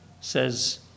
says